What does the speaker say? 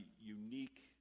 unique